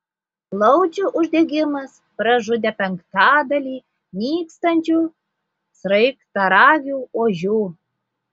plaučių uždegimas pražudė penktadalį nykstančių sraigtaragių ožių